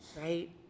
right